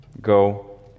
Go